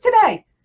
today